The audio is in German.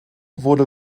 wurde